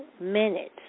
minutes